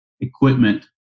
equipment